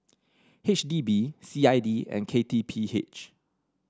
H D B C I D and K T P H